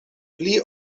pli